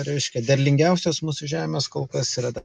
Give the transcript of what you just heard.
reiškia derlingiausios mūsų žemės kol kas yra dar